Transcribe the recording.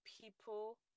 people